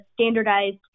standardized